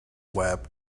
web